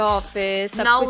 Now